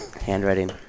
handwriting